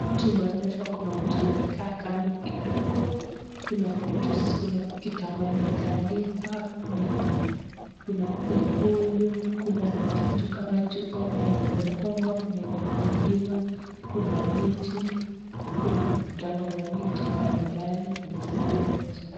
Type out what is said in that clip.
Tumeonyeshwa kuna mtu amekaa kando kidogo, kuna kitambaa imetandikwa, kuna kibuyu, kuna vitu kama chupa, kuna yenye imefungwa, kuna yenye imefunguliwa, kuna miti, kuna dawa ya miti mbalimbali zenye zimewekwa chini.